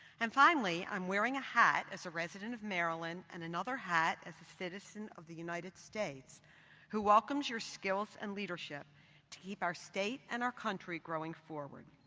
and finally, i'm wearing a hat as a resident of maryland and another hat as a citizen of the united states who welcomes your skills and leadership leadership to keep our state and our country growing forward.